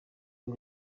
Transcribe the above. ngo